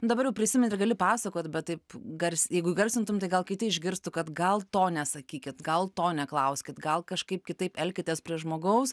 nu dabar jau prisimeni ir gali pasakot bet taip gars jeigu įgarsintum tai gal kiti išgirstų kad gal to nesakykit gal to neklauskit gal kažkaip kitaip elkitės prie žmogaus